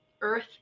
Earth